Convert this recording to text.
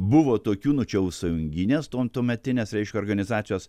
buvo tokių nu čia jau sąjunginės ton tuometinės reiškia organizacijos